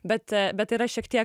bet bet yra šiek tiek